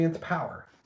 power